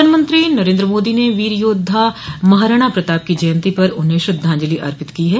प्रधानमंत्री नरेन्द्र मोदी ने वीर योद्धा महाराणा प्रताप की जयंती पर उन्हें श्रद्वांजलि अर्पित की है